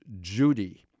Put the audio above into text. Judy